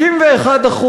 61%,